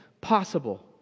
possible